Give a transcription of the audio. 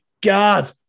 God